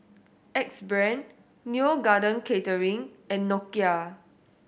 Axe Brand Neo Garden Catering and Nokia